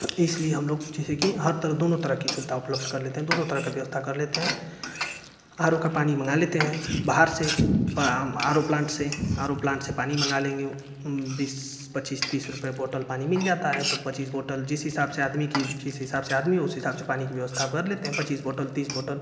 इसलिए हम लोग जैसे कि हर तरह दोनों तरह कि सुविधा उपलब्ध कर लेते हैं दोनों तरह का व्यवस्था कर लेते हैं आर ओ का पानी मंगा लेते है बाहर से आर ओ प्लांट से आर ओ प्लांट से पानी मंगा लेंगे बीस पच्चीस तीस रुपये बॉटल पानी मिल जाता है तो पच्चीस बॉटल जिस हिसाब से आदमी की जिस हिसाब से आदमी उस हिसाब से पानी कि व्यवस्था कर लेते हैं पच्चीस बॉटल तीस बॉटल